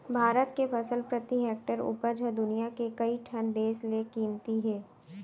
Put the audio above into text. भारत के फसल प्रति हेक्टेयर उपज ह दुनियां के कइ ठन देस ले कमती हे